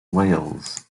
wales